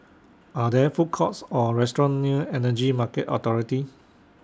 Are There Food Courts Or restaurants near Energy Market Authority